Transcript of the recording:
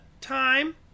time